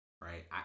right